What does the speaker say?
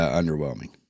underwhelming